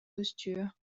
posture